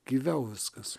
gyviau viskas